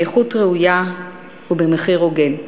באיכות ראויה ובמחיר הוגן,